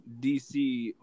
DC